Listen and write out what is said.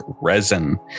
resin